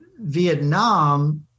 Vietnam